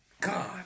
God